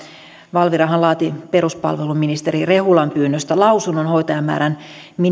valvira laati peruspalveluministeri rehulan pyynnöstä lausunnon hoitajamäärän